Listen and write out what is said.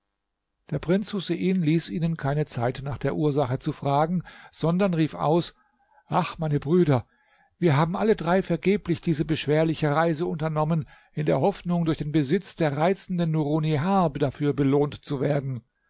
der prinz husein ließ ihnen keine zeit nach der ursache zu fragen sondern rief aus ach meine brüder wir haben alle drei vergeblich diese beschwerliche reise unternommen in der hoffnung durch den besitz der reizenden nurunnihar dafür belohnt zu werden